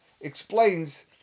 explains